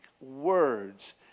words